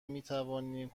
میتوانیم